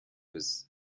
was